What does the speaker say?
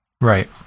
Right